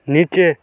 নিচে